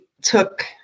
took